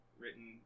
written